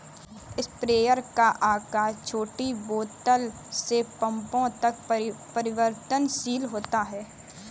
sprayer का आकार छोटी बोतल से पंपों तक परिवर्तनशील होता है